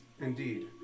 Indeed